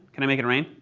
can i make it rain?